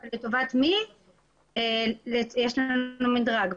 יש לנו מִדרג.